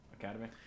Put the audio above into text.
Academy